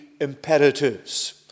imperatives